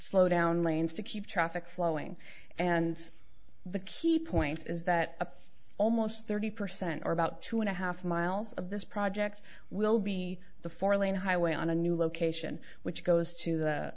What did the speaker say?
slow down lanes to keep traffic flowing and the key point is that a almost thirty percent or about two and a half miles of this project will be the four lane highway on a new location which goes to the